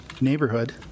neighborhood